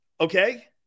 okay